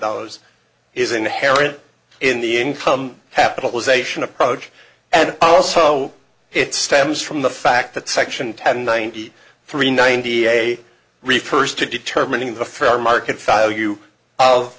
dollars is inherent in the income capitalization approach and also it stems from the fact that section ten ninety three ninety eight refers to determining the fair market value of